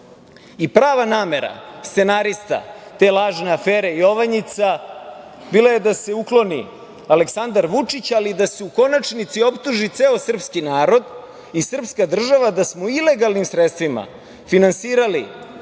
Srbiji. Prava namera scenarista te lažne afere „Jovanjica“ bila je da se ukloni Aleksandar Vučić, ali da se u konačnici optuži ceo srpski narod i srpska država da smo ilegalnim sredstvima finansirali